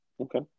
Okay